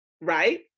right